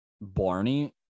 Barney